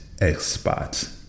expert